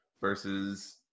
versus